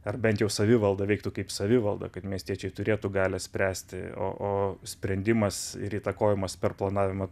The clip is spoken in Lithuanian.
ar bent jau savivalda veiktų kaip savivalda kad miestiečiai turėtų galią spręsti o sprendimas ir įtakojimas per planavimą